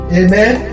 amen